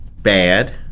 Bad